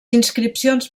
inscripcions